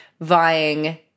vying